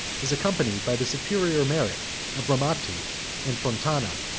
is accompanied by the superior merit of bramante and fontana,